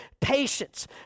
patience